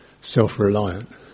self-reliant